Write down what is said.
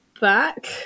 back